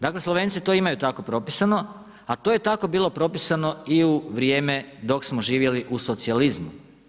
Dakle Slovenci to imaju tako propisano a to je tako bilo propisano i u vrijeme dok smo živjeli u socijalizmu.